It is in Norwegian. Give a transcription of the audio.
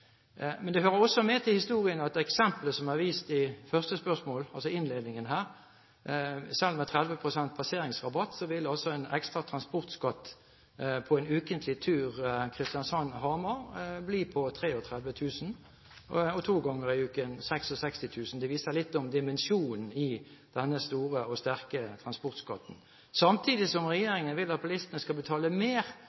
Men det hører også med til historien at det eksemplet som det er vist til i det første spørsmålet, altså i innledningen, at selv med 30 pst. passeringsrabatt vil altså en ekstra transportskatt på en ukentlig tur Kristiansand–Hamar bli på 33 000 kr, og for en tur to ganger i uken 66 000 kr. Det sier litt om dimensjonen i denne store og sterke